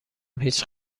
هیچ